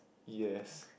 yes